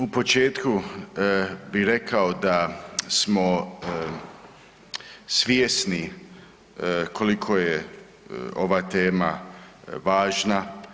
U početku bih rekao da smo svjesni koliko je ova tema važna.